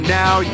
now